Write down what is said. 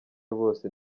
bose